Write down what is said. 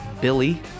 Billy